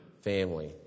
family